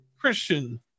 Christian